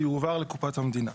שיועבר לקופת המדינה.